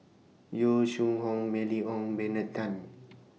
Yong Shu Hoong Mylene Ong Benard Tan